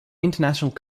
international